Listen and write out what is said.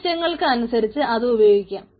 ആവശ്യങ്ങൾക്ക് അനുസരിച്ച് അത് ഉപയോഗിക്കാം